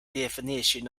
definition